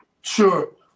Sure